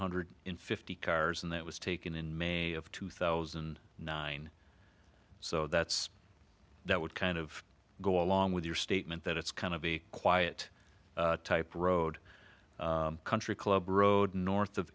hundred fifty cars and that was taken in may of two thousand and nine so that's that would kind of go along with your statement that it's kind of a quiet type road country club road north of